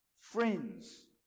friends